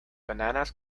bananas